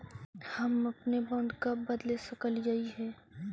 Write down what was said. हम अपने बॉन्ड कब बदले सकलियई हे